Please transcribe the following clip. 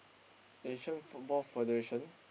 Asian-Football-Federation